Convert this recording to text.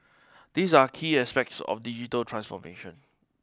these are key aspects of digital transformation